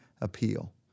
appeal